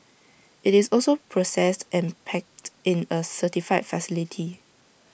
IT is also processed and packed in A certified facility